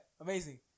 amazing